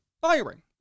firing